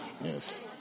yes